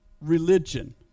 religion